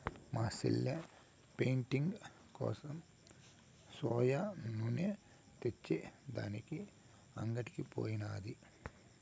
మా సెల్లె పెయింటింగ్ కోసం సోయా నూనె తెచ్చే దానికి అంగడికి పోయినాది